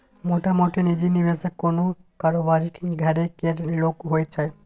मोटामोटी निजी निबेशक कोनो कारोबारीक घरे केर लोक होइ छै